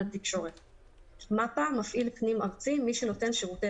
התקשורת; "מפ"א" (מפעיל פנים-ארצי) מי שנותן שירותי